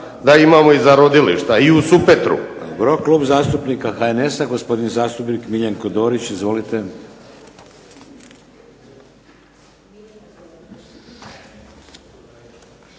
da imamo i za rodilišta i u Supetru.